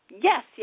yes